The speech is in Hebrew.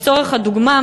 לצורך הדוגמה,